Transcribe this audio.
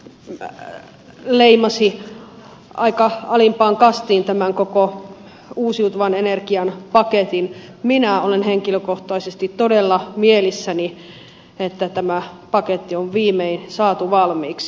hemmilä leimasi aika alimpaan kastiin tämän koko uusiutuvan energian paketin minä olen henkilökohtaisesti todella mielissäni että tämä paketti on viimein saatu valmiiksi